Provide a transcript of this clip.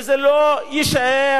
וזה לא יישאר,